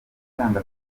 gutanga